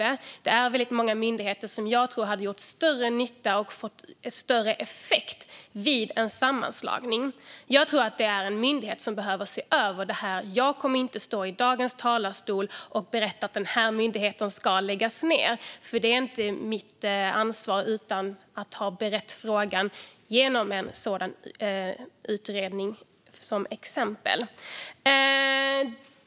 Det är många myndigheter som jag tror hade gjort större nytta och fått större effekt vid en sammanslagning. Jag tror att en myndighet behöver se över frågan. Jag kommer inte att stå i talarstolen i dag och berätta att just den här myndigheten ska läggas ned. Det är inte mitt ansvar, utan frågan ska beredas i en utredning.